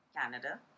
Canada